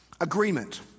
agreement